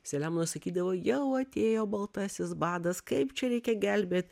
selemonas sakydavo jau atėjo baltasis badas kaip čia reikia gelbėt